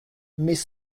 mais